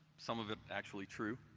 some of it actually true.